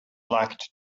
lacked